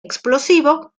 explosivo